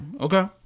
okay